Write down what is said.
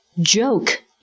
joke